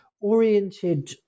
oriented